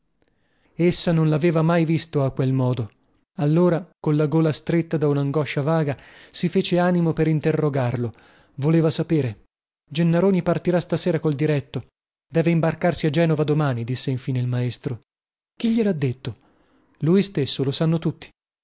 essa non laveva mai visto a quel mondo allora colla gola stretta da unangoscia vaga si fece animo per interrogarlo voleva sapere egli partirà stasera col diretto deve imbarcarsi a genova domani disse infine il maestro chi glielha detto lui stesso lo sanno tutti